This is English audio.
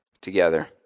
together